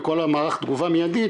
בכל המערך תגובה המיידית,